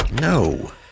No